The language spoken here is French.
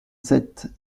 sept